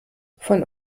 von